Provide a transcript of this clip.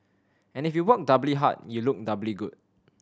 and if you work doubly hard you look doubly good